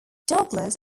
douglas